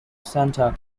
santa